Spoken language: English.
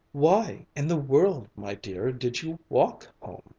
why in the world, my dear, did you walk home?